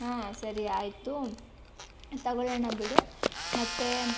ಹಾಂ ಸರಿ ಆಯಿತು ತೊಗೋಳೋಣ ಬಿಡು ಮತ್ತೆ